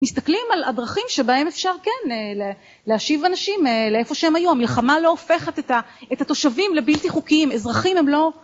מסתכלים על הדרכים שבהם אפשר כן להשיב אנשים לאיפה שהם היו, המלחמה לא הופכת את התושבים לבלתי חוקיים, אזרחים הם לא...